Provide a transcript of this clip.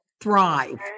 thrive